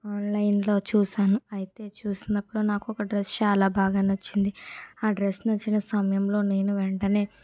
ఆన్లైన్లో చూశాను అయితే చూసినప్పుడు నాకు ఒక డ్రెస్ చాలా బాగా నచ్చింది ఆ డ్రెస్ నచ్చిన సమయంలో నేను వెంటనే